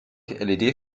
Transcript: led